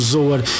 Zoar